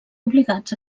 obligats